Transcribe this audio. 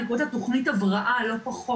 אני קוראת לה תוכנית הבראה לא פחות,